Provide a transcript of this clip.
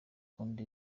akunda